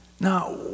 Now